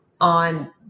on